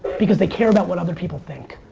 because they care about what other people think.